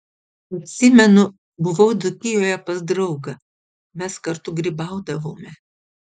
atsimenu buvau dzūkijoje pas draugą mes kartu grybaudavome